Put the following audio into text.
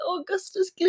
Augustus